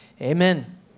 amen